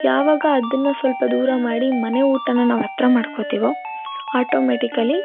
ಯಾವಾಗ ಅದನ್ನ ಸ್ವಲ್ಪ ದೂರ ಮಾಡಿ ಮನೆ ಊಟನ ನಾವು ಹತ್ತಿರ ಮಾಡ್ಕೊತಿವೊ ಆಟೋಮೆಟಿಕಲಿ